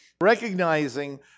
recognizing